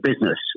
business